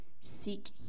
seek